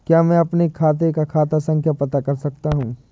क्या मैं अपने खाते का खाता संख्या पता कर सकता हूँ?